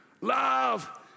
love